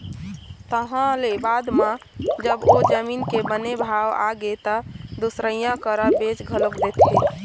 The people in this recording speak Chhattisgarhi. तहाँ ले बाद म जब ओ जमीन के बने भाव आगे त दुसरइया करा बेच घलोक देथे